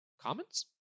comments